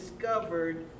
discovered